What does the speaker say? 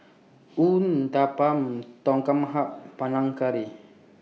Uthapam Tom Kha Gai Panang Curry